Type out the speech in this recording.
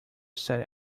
set